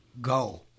go